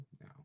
No